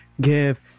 give